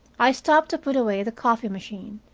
i stopped to put away the coffee machine,